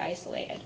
isolated